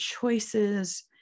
choices